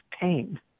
pain